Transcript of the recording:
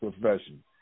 profession